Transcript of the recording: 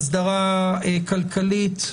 אסדרה כלכלית,